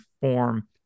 form